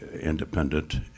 independent